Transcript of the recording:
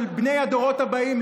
של בני הדורות הבאים,